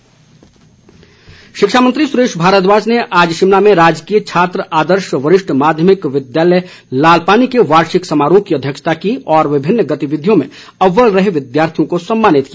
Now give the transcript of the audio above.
सुरेश भारद्वाज शिक्षा मंत्री सुरेश भारद्वाज ने आज शिमला में राजकीय छात्र आदर्श वरिष्ठ माध्यमिक विद्यालय लालपानी के वार्षिक समारोह की अध्यक्षता की और विभिन्न गतिविधियों में अव्वल रहे विद्यार्थियों को सम्मानित किया